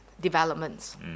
Developments